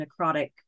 necrotic